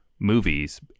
movies